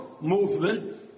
movement